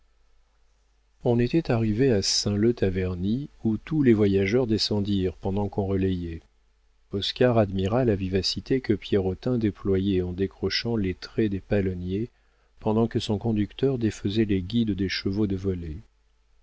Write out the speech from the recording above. on était arrivé à saint leu taverny où tous les voyageurs descendirent pendant qu'on relayait oscar admira la vivacité que pierrotin déployait en décrochant les traits des palonniers pendant que son conducteur défaisait les guides des chevaux de volée